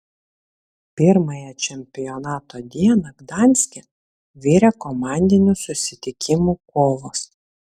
pirmąją čempionato dieną gdanske virė komandinių susitikimų kovos